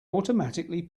automatically